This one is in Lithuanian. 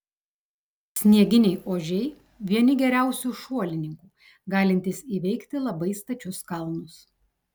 snieginiai ožiai vieni geriausių šuolininkų galintys įveikti labai stačius kalnus